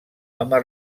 home